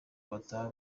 bataha